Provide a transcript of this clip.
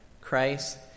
Christ